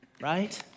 Right